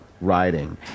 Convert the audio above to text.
riding